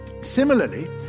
Similarly